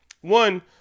one